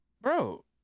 bro